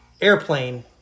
Airplane